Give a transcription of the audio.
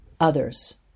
others